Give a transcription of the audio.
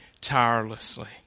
tirelessly